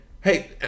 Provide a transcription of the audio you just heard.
hey